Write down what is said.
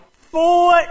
four